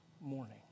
morning